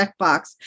checkbox